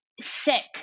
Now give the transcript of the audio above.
sick